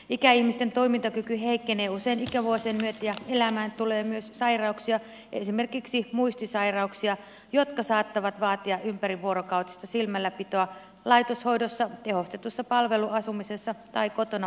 ikäihmisten toimintakyky heikkenee usein ikävuosien myötä ja elämään tulee myös sairauksia esimerkiksi muistisairauksia jotka saattavat vaatia ympärivuorokautista silmälläpitoa laitoshoidossa tehostetussa palveluasumisessa tai kotona omaishoidossa